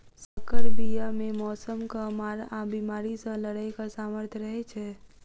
सँकर बीया मे मौसमक मार आ बेमारी सँ लड़ैक सामर्थ रहै छै